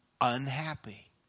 Unhappy